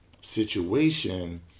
situation